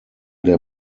der